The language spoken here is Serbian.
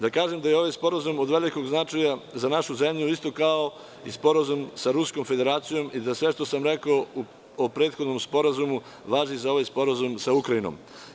Da kažem da je ovaj sporazum od velikog značaja za našu zemlju isto kao i sporazum sa Ruskom federacijom i da sve što sam rekao o prethodnom sporazumu važi za ovaj sporazum sa Ukrajinom.